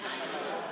נתקבלו.